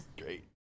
great